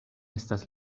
estas